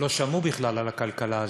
הם לא שמעו בכלל על הכלכלה הזאת.